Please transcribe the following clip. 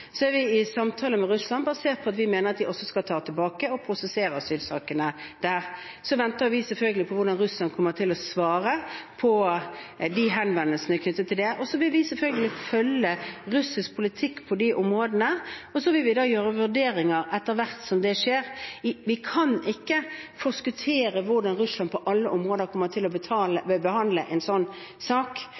basert på at vi mener at de også skal ta tilbake og prosessere asylsakene der, og vi venter selvfølgelig på hvordan Russland kommer til å svare på de henvendelsene. Så vil vi selvfølgelig følge russisk politikk på disse områdene, og vi vil gjøre vurderinger etter hvert som det skjer. Vi kan ikke forskuttere hvordan Russland på alle områder kommer til å behandle en sånn sak,